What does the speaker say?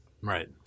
Right